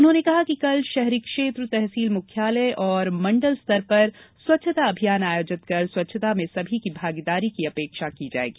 उन्होंने कहा कि कल शहरी क्षेत्र तहसील मुख्यालयं मंडल स्तर पर स्वच्छता अभियान आयोजित कर स्वच्छता में सभी की भागीदारी की अपेक्षा की जायेगी